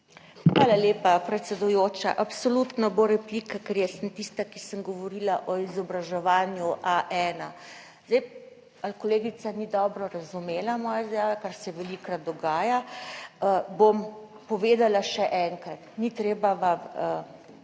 Hvala lepa, predsedujoča. Absolutno bo replika, ker jaz sem tista, ki sem govorila o izobraževanju A1. Zdaj, ali kolegica ni dobro razumela moje izjave, kar se velikokrat dogaja, bom povedala še enkrat. Ni treba vam